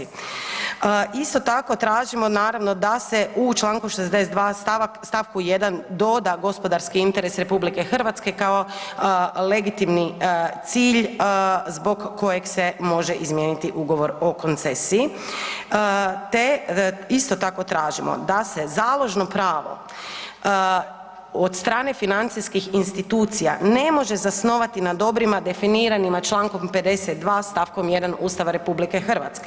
Isto tako tražimo naravno da se u Članku 62. stavak, stavku 1. doda gospodarski interes RH kao legitimni cilj zbog kojeg se može izmijeniti ugovor o koncesiji te isto tako tražimo da se založno pravo od strane financijskih institucija ne može zasnovati na dobrima definiranima Člankom 52. stavkom 1. Ustava RH.